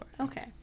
Okay